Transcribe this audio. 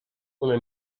una